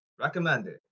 Recommended